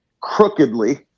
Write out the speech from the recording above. crookedly